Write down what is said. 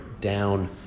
down